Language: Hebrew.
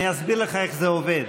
אני אסביר לך איך זה עובד: